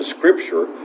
Scripture